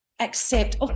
accept